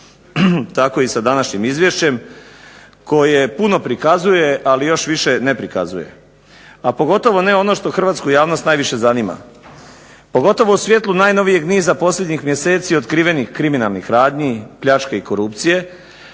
Tako je i sa današnjim izvješće koje puno prikazuje, ali još više ne prikazuje. A pogotovo ne ono što hrvatsku javnost najviše zanima. Pogotovo u svjetlu najnovijeg niza posljednjih mjeseci otkrivenih kriminalnih radnji, pljačke i korupcije,